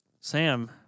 Sam